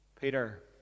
Peter